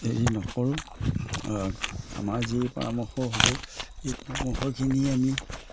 হেৰি নকৰোঁ আমাৰ যি পৰামৰ্শ হ'ব সেই পৰামৰ্শখিনি আমি